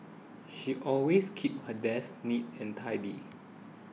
she always keeps her desk neat and tidy